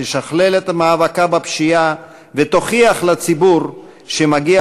תשכלל את מאבקה בפשיעה ותוכיח לציבור שמגיע